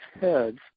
heads